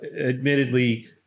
Admittedly